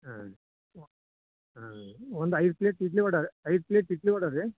ಹಾಂ ಹಾಂ ಒಂದು ಐದು ಪ್ಲೇಟ್ ಇಡ್ಲಿ ವಡೆ ಐದ್ ಪ್ಲೇಟ್ ಇಡ್ಲಿ ವಡೆ ರೀ